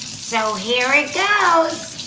so, here it goes.